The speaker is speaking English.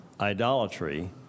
idolatry